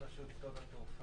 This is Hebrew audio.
יש נציגים מרשות שדות התעופה.